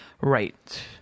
Right